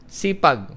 sipag